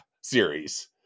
series